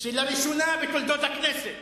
שלראשונה בתולדות הכנסת,